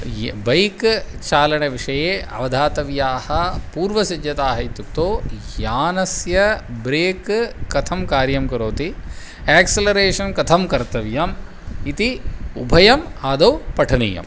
ये बैक् चालनविषये अवधातव्याः पूर्वसिज्जताः इत्युक्तौ यानस्य ब्रेक् कथं कार्यं करोति एक्सिलरेषन् कथं कर्तव्यम् इति उभयम् आदौ पठनीयम्